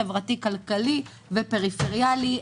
חברתי-כלכלי ופריפריאלי.